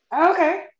okay